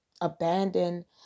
abandon